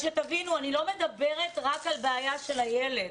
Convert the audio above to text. שתבינו, אני לא מדברת רק על בעיה של הילד.